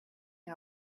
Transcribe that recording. and